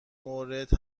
مورد